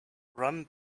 run